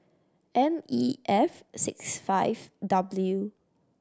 M E F six five W